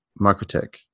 Microtech